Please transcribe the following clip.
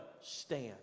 stand